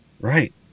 Right